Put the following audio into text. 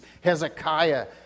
Hezekiah